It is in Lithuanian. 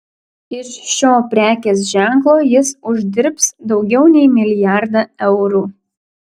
iš šio prekės ženklo jis uždirbs daugiau nei milijardą eurų